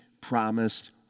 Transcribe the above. promised